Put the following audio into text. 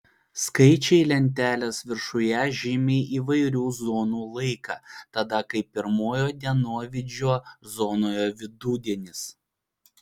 skaičiai lentelės viršuje žymi įvairių zonų laiką tada kai pirmojo dienovidžio zonoje vidudienis